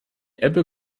ebbe